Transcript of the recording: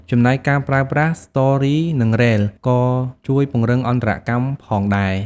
ចំណែកការប្រើប្រាស់ ស្ទររី និង រ៉េលស៍ ក៏ជួយពង្រឹងអន្តរកម្មផងដែរ។